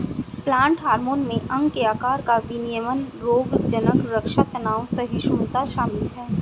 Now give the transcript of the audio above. plant hormone में अंग के आकार का विनियमन रोगज़नक़ रक्षा तनाव सहिष्णुता शामिल है